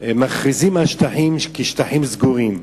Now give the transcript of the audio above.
מכריזות על שטחים כי הם שטחים סגורים.